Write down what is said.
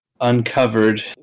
uncovered